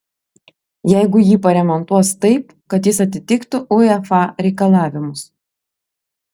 jeigu jį paremontuos taip kad jis atitiktų uefa reikalavimus